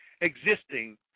existing